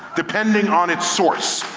depending on its source,